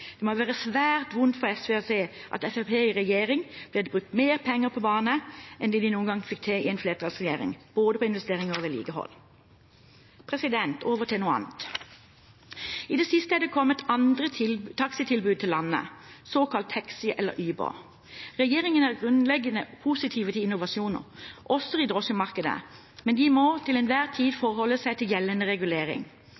Det må være svært vondt for SV å se at med Fremskrittspartiet i regjering blir det brukt mer penger på jernbane enn det de noen gang fikk til i en flertallsregjering – både på investeringer og vedlikehold. Så til noe annet: I det siste har det kommet andre taxitilbud til landet, såkalte Haxi og Uber. Regjeringen er grunnleggende positiv til innovasjoner, også i drosjemarkedet, men de må til enhver tid